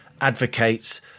advocates